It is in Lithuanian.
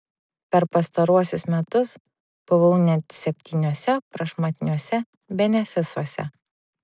per pastaruosius metus buvau net septyniuose prašmatniuose benefisuose